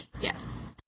Yes